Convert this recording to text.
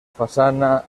façana